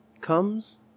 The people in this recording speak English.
comes